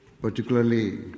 particularly